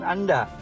Anda